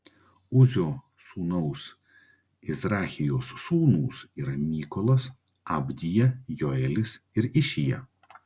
uzio sūnaus izrachijos sūnūs yra mykolas abdija joelis ir išija